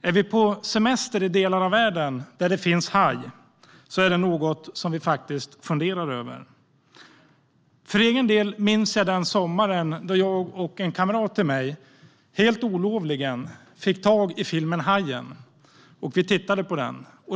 Om vi är på semester i delar av världen där det finns haj är det något vi funderar över. Jag minns sommaren då jag och en kamrat olovligen fick tag i filmen Hajen och tittade på den.